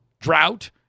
drought